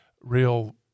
real